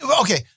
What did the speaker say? okay